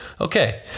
okay